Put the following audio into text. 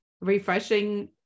refreshing